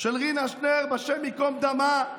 של רינה שנרב, השם ייקום דמה,